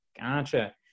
Gotcha